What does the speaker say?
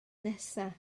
nesaf